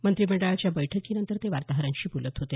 मंत्रीमंडळाच्या बैठकीनंतर ते वार्ताहरांशी बोलत होते